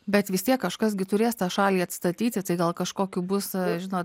bet vis tiek kažkas gi turės tą šalį atstatyti tai gal kažkokių bus žinot